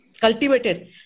cultivated